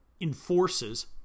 enforces